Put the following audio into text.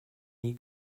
nie